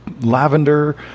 lavender